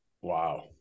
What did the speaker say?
Wow